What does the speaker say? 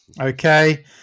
Okay